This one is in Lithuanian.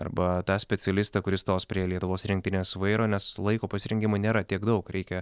arba tą specialistą kuris stos prie lietuvos rinktinės vairo nes laiko pasirengimui nėra tiek daug reikia